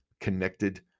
connected